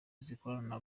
zikorana